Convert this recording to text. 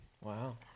Wow